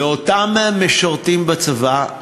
לאותם משרתים בצבא,